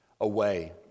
away